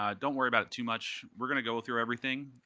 um don't worry about it too much. we're going to go through everything.